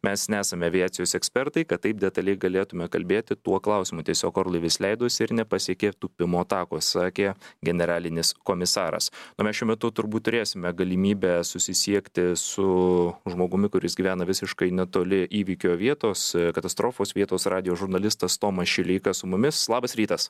mes nesame aviacijos ekspertai kad taip detaliai galėtumėm kalbėti tuo klausimu tiesiog orlaivis leidosi ir nepasiekė tūpimo tako sakė generalinis komisaras na šiuo metu turbūt turėsime galimybę susisiekti su žmogumi kuris gyvena visiškai netoli įvykio vietos katastrofos vietos radijo žurnalistas tomas šileika su mumis labas rytas